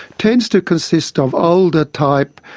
tends to consist of older-type,